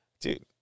Dude